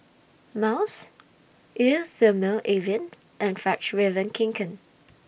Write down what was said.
Miles Eau Thermale Avene and Fjallraven Kanken